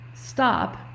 stop